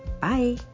Bye